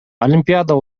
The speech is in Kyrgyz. олимпиада